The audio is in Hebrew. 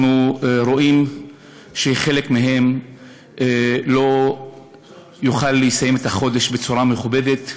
אנחנו רואים שחלק מהם לא יוכל לסיים את החודש בצורה מכובדת.